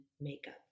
makeup